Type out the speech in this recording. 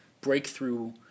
breakthrough